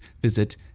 visit